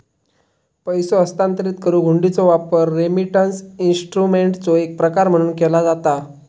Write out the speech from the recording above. पैसो हस्तांतरित करुक हुंडीचो वापर रेमिटन्स इन्स्ट्रुमेंटचो एक प्रकार म्हणून केला जाता